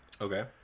Okay